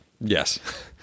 Yes